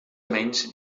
menys